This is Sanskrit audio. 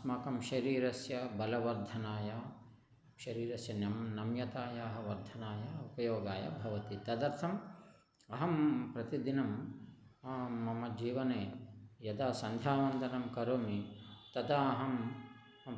अस्माकं शरीरस्य बलवर्धनाय शरीरस्य न्यम् नम्यतायाः वर्धनाय उपयोगाय भवति तदर्थम् अहं प्रतिदिनं मम जीवने यदा सन्ध्यावन्दनं करोमि तदा अहं